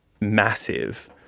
massive